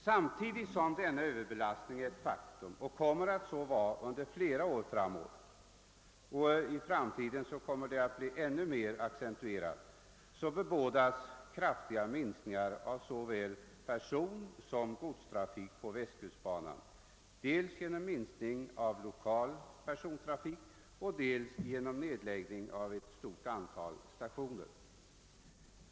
Samtidigt som denna överbelastning är ett faktum och kommer att bli ännu mer accentuerad i framtiden bebådas kraftiga minskningar av såväl personsom godstrafik på västkustbanan dels genom minskning av lokal persontrafik och dels genom nedläggning av ett stort antal stationer.